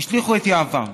השליכו את יהבם.